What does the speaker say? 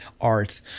art